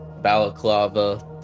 balaclava